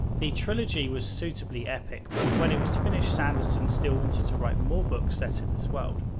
the trilogy was suitably epic but when it was finished sanderson still wanted to write more books set in this world.